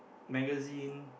magazine